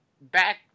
Back